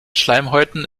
schleimhäuten